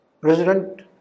President